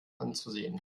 anzusehen